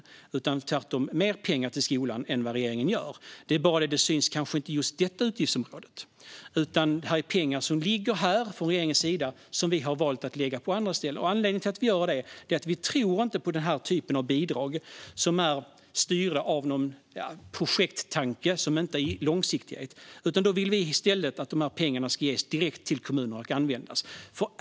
Tvärtom anslår vi mer pengar till skolan än vad regeringen gör. Det är bara det att det kanske inte syns just på detta utgiftsområde. En del pengar som regeringen lägger här har vi valt att lägga på andra ställen. Anledningen till att vi gör det är att vi inte tror på den här typen av bidrag, som är styrda av en projekttanke som inte är långsiktig. Vi vill i stället att de här pengarna ska ges direkt till kommunerna och användas.